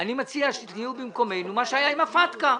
אני מציע שתהיו במקומנו מה שהיה עם הפטקא.